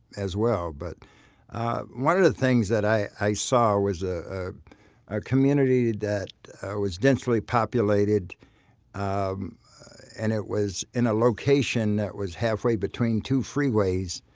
as well. but one of the things that i saw was ah ah a community that was densely populated um and it was in a location that was halfway between two freeways,